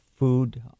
food